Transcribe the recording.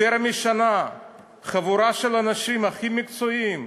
יותר משנה חבורה של האנשים הכי מקצועיים,